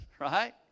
right